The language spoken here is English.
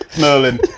Merlin